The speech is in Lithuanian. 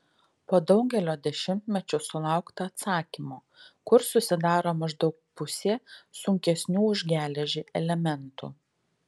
po daugelio dešimtmečių sulaukta atsakymo kur susidaro maždaug pusė sunkesnių už geležį elementų